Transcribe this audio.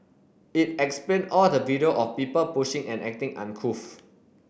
it explain all the video of people pushing and acting uncouth